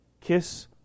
Kiss